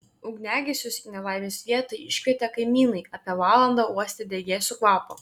ugniagesius į nelaimės vietą iškvietė kaimynai apie valandą uostę degėsių kvapą